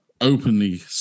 openly